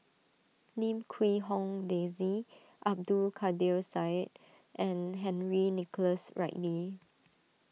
Lim Quee Hong Daisy Abdul Kadir Syed and Henry Nicholas Ridley